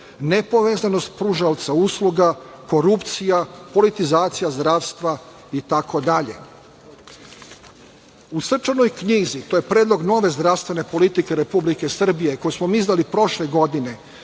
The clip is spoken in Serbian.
nepovezanost pružaoca usluga, korupcija, politizacija zdravstva i tako dalje.U „Srčanoj knjizi“, to je predlog nove zdravstvene politike Republike Srbije, koju smo mi izdali prošle godine,